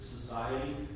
society